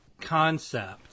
concept